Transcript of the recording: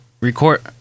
record